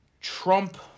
Trump